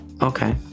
Okay